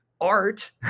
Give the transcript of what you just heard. art